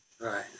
Right